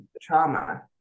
trauma